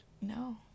No